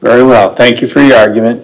very well thank you for your argument